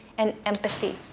and empathy,